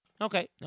Okay